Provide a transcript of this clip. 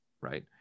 right